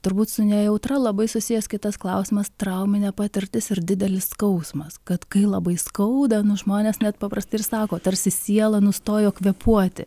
turbūt su nejautra labai susijęs kitas klausimas trauminė patirtis ir didelis skausmas kad kai labai skauda nu žmonės net paprastai ir sako tarsi siela nustojo kvėpuoti